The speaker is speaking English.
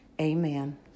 Amen